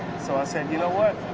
so i said, you know what?